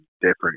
different